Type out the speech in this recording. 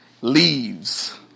leaves